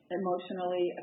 emotionally